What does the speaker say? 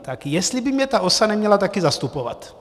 Tak jestli by mě ta OSA neměla také zastupovat.